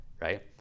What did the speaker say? right